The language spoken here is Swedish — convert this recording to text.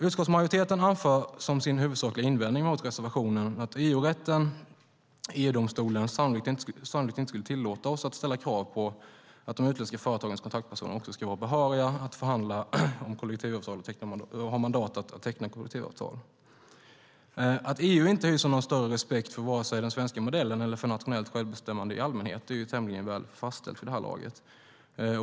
Utskottsmajoriteten anför som sin huvudsakliga invändning mot reservationen att EU-rätten och EU-domstolen sannolikt inte skulle tillåta oss att ställa krav på att de utländska företagens kontaktpersoner också ska vara behöriga att förhandla och ha mandat att teckna kollektivavtal. Att EU inte hyser någon större respekt för vare sig den svenska modellen eller nationellt självbestämmande i allmänhet är tämligen väl fastställt vid det här laget.